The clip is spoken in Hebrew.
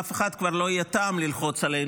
לאף אחד כבר לא יהיה טעם ללחוץ עלינו.